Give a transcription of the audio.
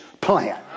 plan